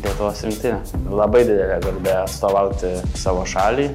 lietuvos rinktinę labai didelė garbė atstovauti savo šaliai